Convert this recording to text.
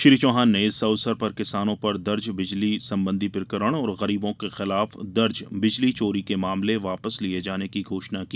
श्री चौहान ने इस अवसर पर किसानों पर दर्ज बिजली संबंधी प्रकरण और गरीबों के खिलाफ दर्ज बिजली चोरी के मामले वापिस लिये जाने की घोषणा की